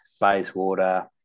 Bayswater